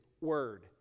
word